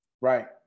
Right